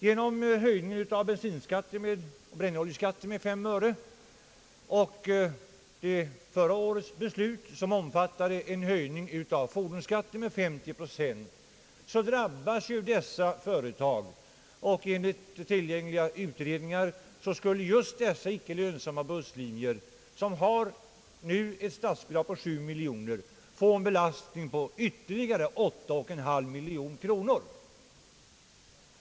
Genom höjningen av bensinoch brännoljeskatten med 5 öre och genom förra årets beslut, som omfattade en höjning av fordonsskatten med 50 procent, drabbas dessa företag hårt; enligt tidigare utredningar skulle just dessa icke lönsamma busslinjer, som nu har ett statsbidrag på 7 miljoner, få en belastning på ytterligare 8,5 miljoner kronor.